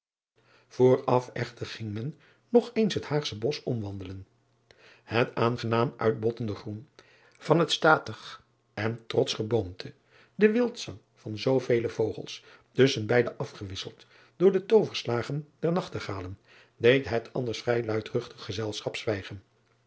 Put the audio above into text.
ooraf echter ging men nog eens het aagsche osch omwandelen et aangenaam uitbottende groen van het statig en trotsch geboomte de wildzang van driaan oosjes zn et leven van aurits ijnslager zoovele vogels tusschen beide afgewisseld door de tooverslagen der nachtegalen deed het anders vrij luidruchtig gezelschap zwijgen